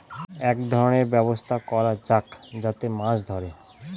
এক ধরনের ব্যবস্থা করা যাক যাতে মাছ ধরে